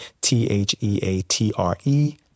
T-H-E-A-T-R-E